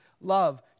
Love